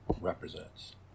represents